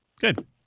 Good